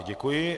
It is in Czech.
Děkuji.